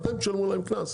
אתם תשלמו להן קנס.